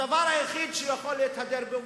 הדבר היחיד שהוא יכול להתהדר בו,